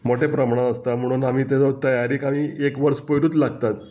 मोटे प्रमाणान आसता म्हणून आमी तेजो तयारीक आमी एक वर्स पयरूच लागतात